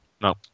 no